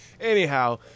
anyhow